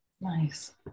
Nice